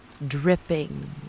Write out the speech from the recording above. Dripping